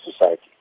society